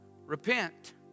Repent